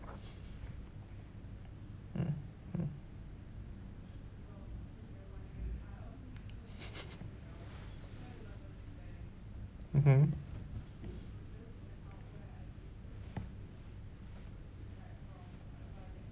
mm mmhmm